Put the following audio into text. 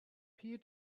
peer